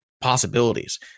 possibilities